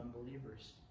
unbelievers